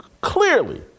clearly